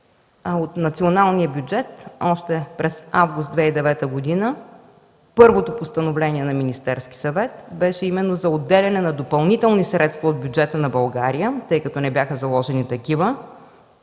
От националния бюджет още през август 2009 г. именно с първото постановление на Министерския съвет бяха отделени допълнителни средства от бюджета на България, тъй като не бяха заложени такива